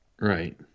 Right